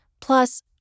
Plus